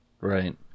Right